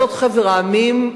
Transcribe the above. מחבר המדינות,